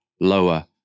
lower